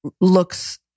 looks